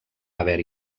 haver